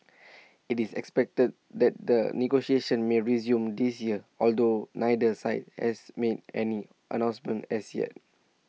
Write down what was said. IT is expected that the negotiations may resume this year although neither side has made any announcements as yet